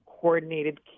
coordinated